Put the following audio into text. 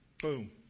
Boom